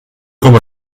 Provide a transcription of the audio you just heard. coma